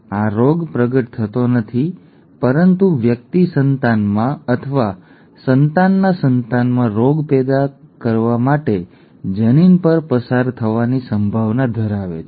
આ રોગ પ્રગટ થતો નથી પરંતુ વ્યક્તિ સંતાનમાં અથવા સંતાનના સંતાનમાં રોગ પેદા કરવા માટે જનીન પર પસાર થવાની સંભાવના ધરાવે છે